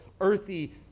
earthy